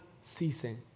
ceasing